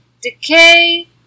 Decay